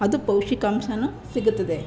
ಅದು ಪೌಷ್ಟಿಕಾಂಶವೂ ಸಿಗುತ್ತದೆ